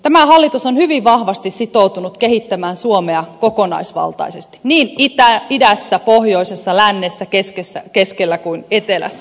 tämä hallitus on hyvin vahvasti sitoutunut kehittämään suomea kokonaisvaltaisesti niin idässä pohjoisessa lännessä keskellä kuin etelässä